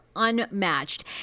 Unmatched